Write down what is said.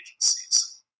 agencies